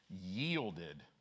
yielded